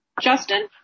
Justin